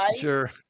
Sure